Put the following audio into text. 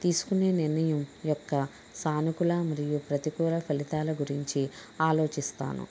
తీసుకునే నిర్ణయం యొక్క సానుకూల మరియు ప్రతికూల ఫలితాల గురించి ఆలోచిస్తాను